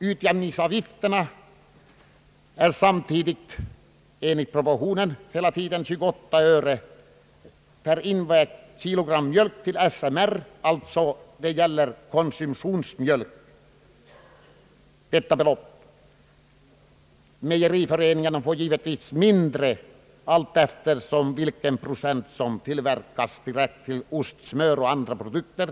Utjämningsavgifterna utgör enligt propositionen 28 öre per invägt kilogram mjölk till SMR; det gäller alltså konsumtionsmjölk. Meijeriföreningen får givetvis ett lägre belopp, beroende på hur stor procent av mjölken som används för tillverkning av ost, smör och andra produkter.